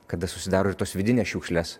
kada susidaro tos vidinės šiukšlės